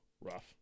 Rough